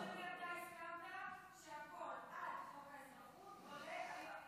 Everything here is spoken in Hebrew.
ביום שני אתה הסכמת, עד היום בלילה,